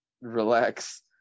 relax